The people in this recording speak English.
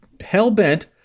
hell-bent